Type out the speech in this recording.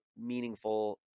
meaningful